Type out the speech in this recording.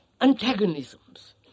antagonisms